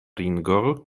ringo